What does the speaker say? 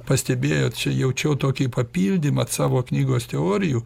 pastebėjot čia jaučiau tokį papildymą savo knygos teorijų